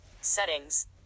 settings